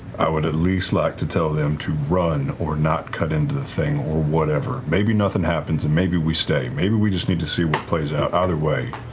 i would at least like to tell them to run or not cut into the thing or whatever. maybe nothing happens and maybe we stay. maybe we just need to see what plays out either way.